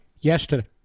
Yesterday